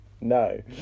No